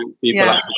people